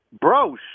bro